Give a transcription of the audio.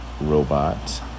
robot